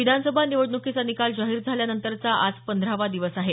विधानसभा निवडणुकीचा निकाल जाहीर झाल्यानंतरचा आज पंधरावा दिवस आहे